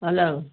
hello